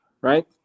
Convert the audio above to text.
right